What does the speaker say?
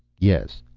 yes.